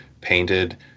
painted